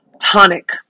tonic